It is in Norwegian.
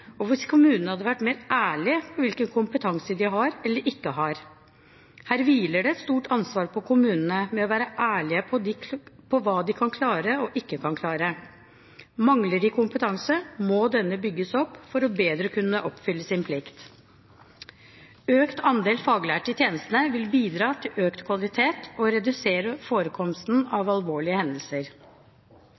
og hvis kommunene hadde vært mer ærlig på hvilken kompetanse de har eller ikke har. Her hviler det et stort ansvar på kommunene med å være ærlig på hva de kan klare og ikke kan klare. Mangler de kompetanse, må denne bygges opp for bedre å kunne oppfylle sin plikt. Økt andel faglærte i tjenestene vil bidra til økt kvalitet og til å redusere forekomsten av alvorlige hendelser.